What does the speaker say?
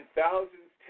thousands